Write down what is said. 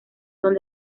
son